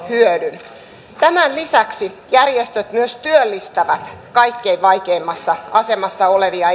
hyödyn tämän lisäksi järjestöt myös työllistävät kaikkein vaikeimmassa asemassa olevia